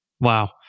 Wow